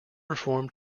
reformed